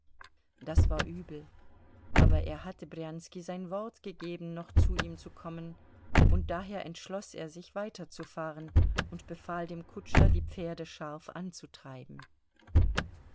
das war übel aber er hatte brjanski sein wort gegeben noch zu ihm zu kommen und daher entschloß er sich weiterzufahren und befahl dem kutscher die pferde scharf anzutreiben